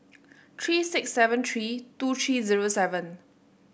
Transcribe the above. three six seven three two three zero seven